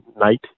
night